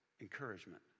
encouragement